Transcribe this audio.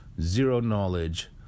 zero-knowledge